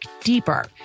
deeper